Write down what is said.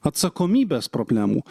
atsakomybės problemų